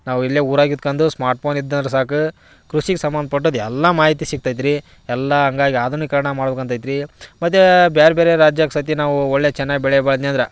ನಾವು ಇಲ್ಲೇ ಊರಾಗ ಇದ್ಕೊಂಡು ಸ್ಮಾರ್ಟ್ ಪೋನ್ ಇದು ಅಂದ್ರೆ ಸಾಕು ಕೃಷಿಗೆ ಸಂಬಂಧಪಟ್ಟಿದ್ದು ಎಲ್ಲ ಮಾಹಿತಿ ಸಿಕ್ತೈತಿ ರೀ ಎಲ್ಲ ಹಂಗಾಗಿ ಆಧುನೀಕರಣ ಮಾಡ್ಬೇಕು ಅಂತೈತಿ ರೀ ಮತ್ತು ಬೇರೆ ಬೇರೆ ರಾಜ್ಯಕ್ಕೆ ಸತಿ ನಾವೂ ಒಳ್ಳೆ ಚೆನ್ನಾಗಿ ಬೆಳೆ ಬೆಳೆದ್ನಂದ್ರೆ